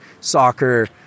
soccer